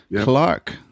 Clark